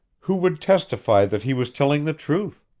who would testify that he was telling the truth?